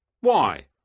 Why